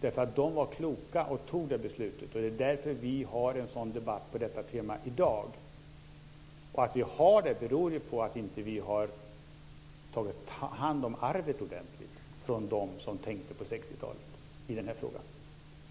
Riksdagen var klok och fattade det beslutet. Det är därför vi har en debatt om det temat i dag. Att vi har det beror på att vi inte har tagit hand om arvet ordentligt från dem som tänkte på 60-talet i den här frågan.